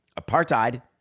Apartheid